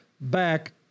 back